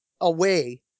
away